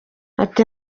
ati